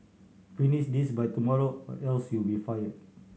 finish this by tomorrow else you'll be fired